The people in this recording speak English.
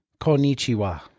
Konichiwa